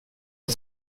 jag